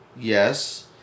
Yes